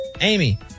Amy